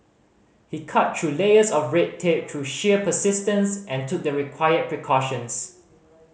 he cut through layers of red tape through sheer persistence and took the required precautions